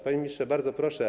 Panie ministrze, bardzo proszę.